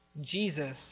Jesus